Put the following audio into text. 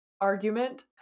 argument